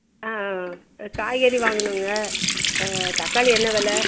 ஆ காய்கறி வாங்கணுங்க தக்காளி என்ன விலை